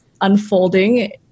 unfolding